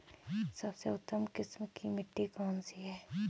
सबसे उत्तम किस्म की मिट्टी कौन सी है?